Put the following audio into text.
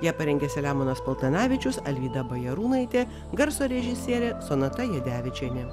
ją parengė selemonas paltanavičius alvyda bajarūnaitė garso režisierė sonata jadevičienė